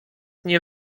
nie